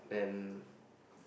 then